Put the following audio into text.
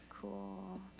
cool